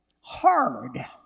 hard